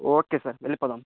okay sir వెళ్ళిపోదాం